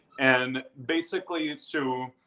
and basically, it's, so